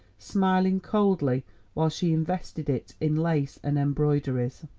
smiling coldly while she invested it in lace and embroideries.